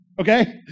Okay